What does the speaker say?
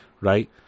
right